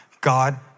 God